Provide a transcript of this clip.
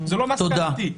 מסקנתי.